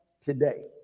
today